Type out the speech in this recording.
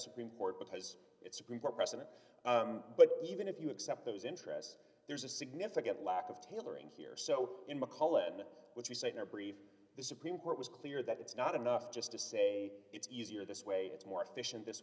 supreme court because it's a group or precedent but even if you accept those interests there's a significant lack of tailoring here so in mcallen which you say in our brief the supreme court was clear that it's not enough just to say it's easier this way it's more efficient this